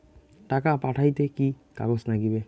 টাকা পাঠাইতে কি কাগজ নাগীবে?